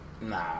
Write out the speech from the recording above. Nah